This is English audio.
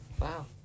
wow